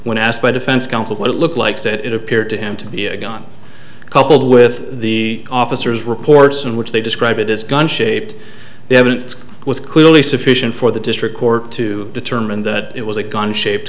when asked by defense counsel what it looked like said it appeared to him to be a gun coupled with the officers reports in which they describe it as gun shaped the evidence was clearly sufficient for the district court to determine that it was a gun shaped